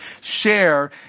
share